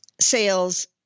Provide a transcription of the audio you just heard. sales